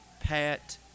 Pat